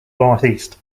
northeast